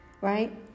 right